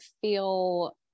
feel